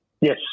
Yes